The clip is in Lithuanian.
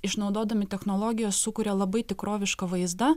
išnaudodami technologijas sukuria labai tikrovišką vaizdą